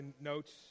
notes